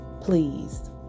Please